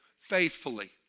faithfully